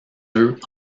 œufs